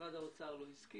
משרד האוצר לא הסכים.